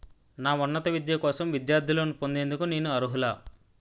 నా ఉన్నత విద్య కోసం విద్యార్థి లోన్ పొందేందుకు నేను అర్హులా?